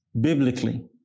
biblically